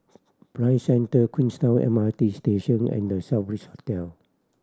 Prime Centre Queenstown M R T Station and The Southbridge Hotel